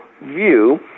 view